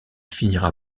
finira